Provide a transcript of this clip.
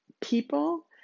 people